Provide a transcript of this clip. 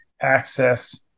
access